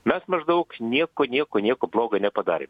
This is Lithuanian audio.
mes maždaug nieko nieko nieko bloga nepadarėm